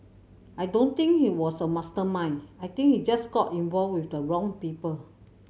I don't think he was a mastermind I think he just got involved with the wrong people